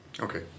Okay